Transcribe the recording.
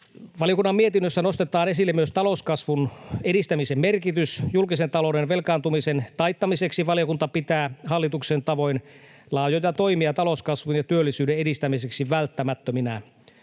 Valiokunnan mietinnössä nostetaan esille myös talouskasvun edistämisen merkitys. Julkisen talouden velkaantumisen taittamiseksi valiokunta pitää hallituksen tavoin laajoja toimia talouskasvun ja työllisyyden edistämiseksi välttämättöminä.